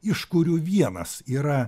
iš kurių vienas yra